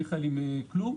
מיכאל, עם כלום.